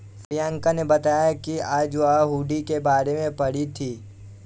प्रियंका ने बताया कि आज वह हुंडी के बारे में पढ़ी थी